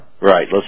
Right